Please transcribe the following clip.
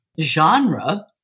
Genre